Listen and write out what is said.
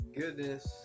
goodness